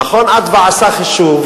"מרכז אדוה" עשה חישוב